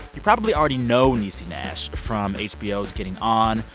you probably already know niecy nash from hbo's getting on,